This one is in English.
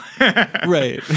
Right